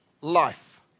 life